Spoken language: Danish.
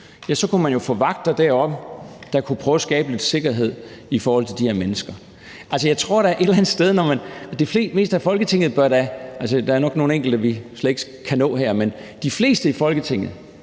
så kunne der være vagter deroppe, som kunne prøve at skabe lidt sikkerhed for de her mennesker. Jeg tror da et eller andet sted, at det meste af Folketinget – altså, der er nok nogle enkelte, vi slet ikke kan nå her – vel sådan helt